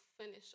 finish